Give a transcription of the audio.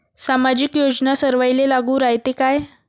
सामाजिक योजना सर्वाईले लागू रायते काय?